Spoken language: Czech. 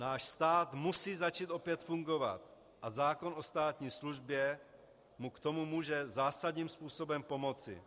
Náš stát musí začít opět fungovat a zákon o státní službě mu k tomu může zásadním způsobem pomoci.